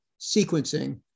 sequencing